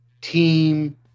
team